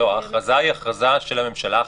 ההכרזה היא הכרזה של הממשלה.